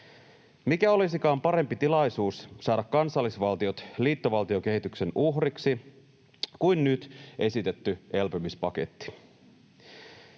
Mikä olisikaan parempi tilaisuus saada kansallisvaltiot liittovaltiokehityksen uhriksi kuin nyt esitetty elpymispaketti?